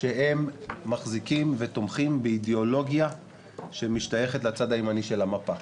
שהם מחזיקים ותומכים באידאולוגיה שמשתייכת לצד הימני של המפה.